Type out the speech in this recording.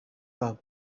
babo